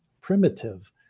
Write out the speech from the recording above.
primitive